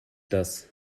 das